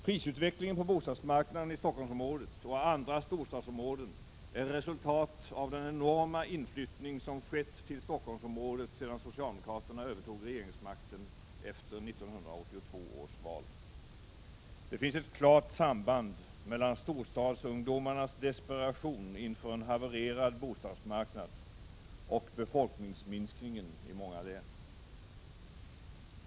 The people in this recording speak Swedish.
Prisutvecklingen på bostadsmarknaden i Stockholmsområdet och andra storstadsområden är resultat av den enorma inflyttning som skett till Stockholmsområdet sedan socialdemokraterna övertog regeringsmakten efter 1982 års val. Det finns ett klart samband mellan storstadsungdomarnas desperation inför en havererad bostadsmarknad och befolkningsminskningen i många län.